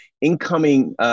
incoming